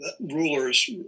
rulers